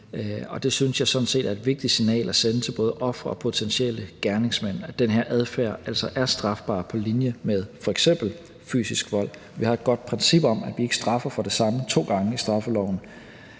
og det synes jeg sådan set er et vigtigt signal at sende til både ofre og potentielle gerningsmænd – altså at den her adfærd er strafbar på linje med f.eks. fysisk vold. Vi har et godt princip i straffeloven om, at vi ikke straffer for det samme to gange. Jeg er